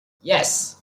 yes